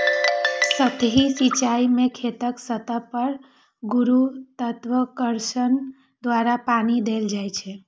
सतही सिंचाइ मे खेतक सतह पर गुरुत्वाकर्षण द्वारा पानि देल जाइ छै